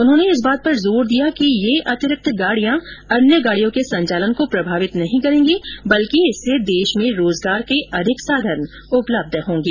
उन्होंने इस बात पर जोर दिया कि ये अतिरिक्त गाड़ियां अन्य गाड़ियों के संचालन को प्रभावित नहीं करेंगी बल्कि इससे देश में रोजगार के अधिक साधन उपलब्ध होंगे